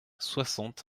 soixante